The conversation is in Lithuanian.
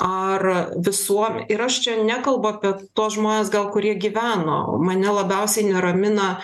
ar visuo ir aš čia nekalbu apie tuos žmones gal kurie gyveno mane labiausiai neramina